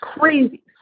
crazy